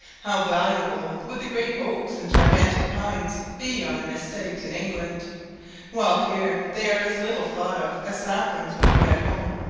how valuable would the great oaks and gigantic pines be on an estate in england while here they are as little thought of as saplings would be at home.